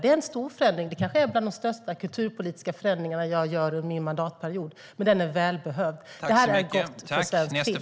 Det är en stor förändring - det kanske är en av de största kulturpolitiska förändringarna jag gör under min mandatperiod - men den är välbehövd. Detta är gott för svensk film.